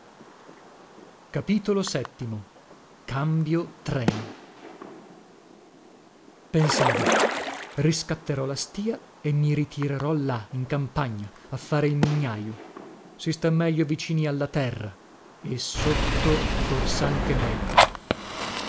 e a ambio treno pensavo riscatterò la stìa e mi ritirerò là in campagna a fare il mugnajo si sta meglio vicini alla terra e sotto forsanche meglio